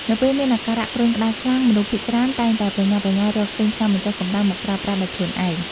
នៅពេលមានអាការៈគ្រុនក្តៅខ្លាំង មនុស្សភាគច្រើនតែងតែប្រញាប់ប្រញាល់រកទិញថ្នាំបញ្ចុះកម្តៅមកប្រើប្រាស់ដោយខ្លួនឯង។